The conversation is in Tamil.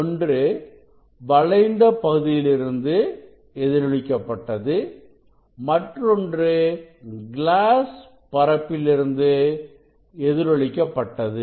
ஒன்று வளைந்த பகுதியிலிருந்து எதிரொலிக்க பட்டது மற்றொன்று கிளாஸ் பரப்பிலிருந்து எதிரொலிக்க பட்டது